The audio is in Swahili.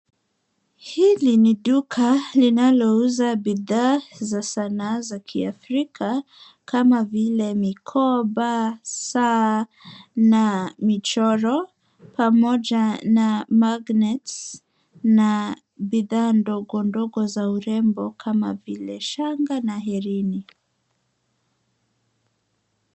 Hili ni duka linalouza bidhaa za sanaa za kiafrika, kama vile mikoba, saa, na michoro pamoja na magnets na ndogo ndogo za urembo kama vile shanga na hereni.